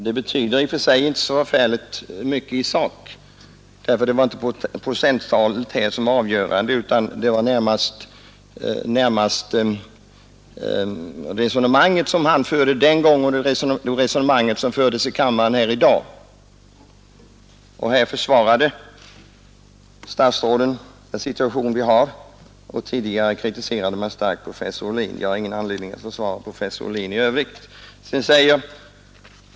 Men det betyder inte så förfärligt mycket i sak; det var inte procenttalet som var avgörande, utan det var jämförelsen mellan det resonemang herr Ohlin förde den gången och det resonemang som förts här i kammaren i dag. Statsråden försvarar i dag den situation vi har, men tidigare kritiserade socialdemokraterna starkt professor Ohlin för hans resonemang. Jag har i övrigt ingen anledning att försvara professor Ohlins uppfattning.